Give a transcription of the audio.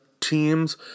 teams